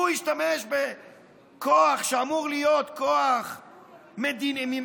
הוא השתמש בכוח שאמור להיות כוח מדינתי,